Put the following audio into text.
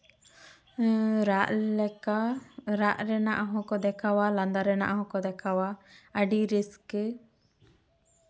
ᱨᱟᱜ ᱞᱮᱠᱟ ᱨᱟᱜ ᱨᱮᱱᱟᱜ ᱦᱚᱸᱠᱚ ᱫᱮᱠᱷᱟᱣᱟ ᱞᱟᱸᱫᱟ ᱨᱮᱱᱟᱜ ᱦᱚᱸᱠᱚ ᱫᱮᱠᱷᱟᱣᱟ ᱟᱹᱰᱤ ᱨᱟᱹᱥᱠᱟᱹ